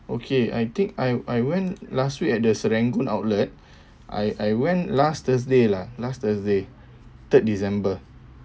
okay I think I I went last week at the serangoon outlet I I went last thursday lah last thursday third december